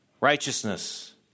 Righteousness